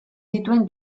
dituen